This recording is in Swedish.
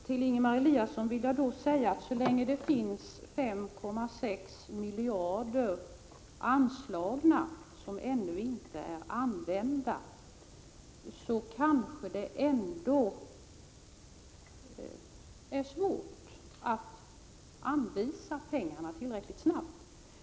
Till Ingemar Eliasson vill jag säga, att så länge det finns 5,6 miljarder anslagna som ännu inte är använda, kanske det är svårt att anvisa pengarna tillräckligt snabbt.